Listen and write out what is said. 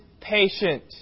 patient